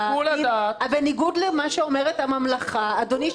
בניגוד למה שאומרת הממלכה - אדוני שכל כך